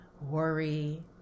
worry